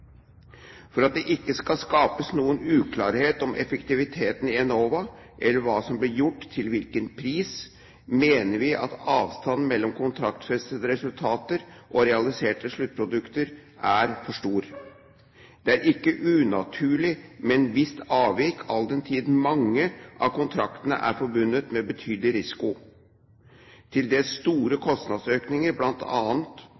For at det ikke skal skapes noen uklarhet om effektiviteten i Enova eller hva som blir gjort til hvilken pris, mener vi at avstanden mellom kontraktsfestede resultater og realiserte sluttprodukter er for stor. Det er ikke unaturlig med et visst avvik all den tid mange av kontraktene er forbundet med betydelig risiko. Til dels store